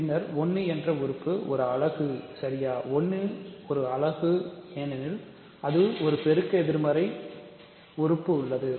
பின்னர் 1 என்ற உறுப்பு ஒரு அலகு சரியா 1 ஒரு அலகு ஏனெனில் அது ஒரு பெருக்க எதிர்மறை உறுப்பு உள்ளது